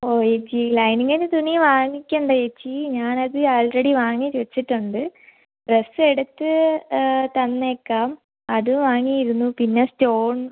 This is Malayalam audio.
ഓ ചേച്ചി ലൈനിങ്ങിന്റെ തുണി വാങ്ങിക്കേണ്ട ചേച്ചീ ഞാൻ അത് ആൾറെഡി വാങ്ങി വച്ചിട്ടുണ്ട് ഡ്രെസ്സെടുത്ത് തന്നേക്കാം അത് വാങ്ങിയിരുന്നു പിന്നെ സ്റ്റോൺ